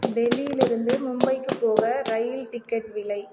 டெல்லியிலிருந்து மும்பைக்கு போக ரயில் டிக்கெட் விலை